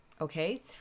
Okay